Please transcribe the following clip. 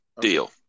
Deal